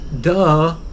duh